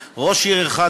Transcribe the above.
ה"רשאית".